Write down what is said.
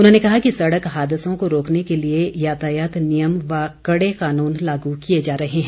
उन्होंने कहा कि सड़क हादसों को रोकने के लिए यातायात नियम व कड़े कानून लागू किए जा रहे हैं